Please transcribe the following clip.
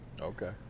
Okay